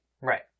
Right